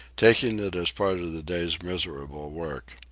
taking it as part of the day's miserable work.